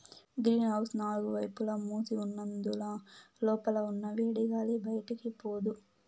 green house నాలుగు వైపులా మూసి ఉన్నందున లోపల ఉన్న వేడిగాలి బయటికి పోదు